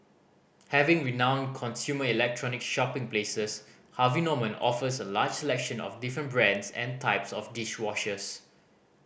having renowned consumer electronics shopping places Harvey Norman offers a largest selection of different brands and types of dish washers